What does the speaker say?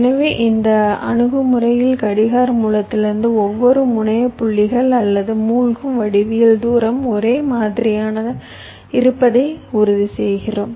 எனவே இந்த அணுகுமுறையில் கடிகார மூலத்திலிருந்து ஒவ்வொரு முனைய புள்ளிகள் அல்லது மூழ்கும் வடிவியல் தூரம் ஒரே மாதிரியானதாக இருப்பதை உறுதிசெய்கிறோம்